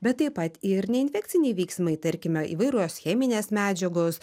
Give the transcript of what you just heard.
bet taip pat ir neinfekciniai veiksmai tarkime įvairios cheminės medžiagos